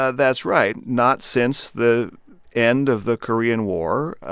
ah that's right. not since the end of the korean war,